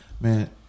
Man